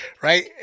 Right